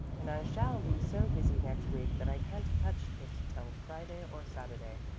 and i shall be so busy next week that i can't touch it till friday or saturday.